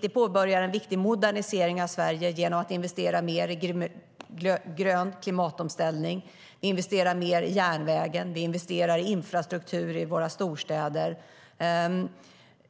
Vi påbörjar en viktig modernisering av Sverige genom att investera mer i grön klimatomställning. Vi investerar mer i järnvägen, och vi investerar i infrastruktur i våra storstäder.